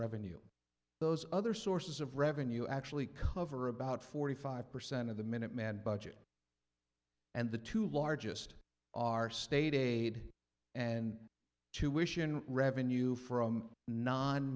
revenue those other sources of revenue actually cover about forty five percent of the minuteman budget and the two largest are staid aid and two wish in revenue from non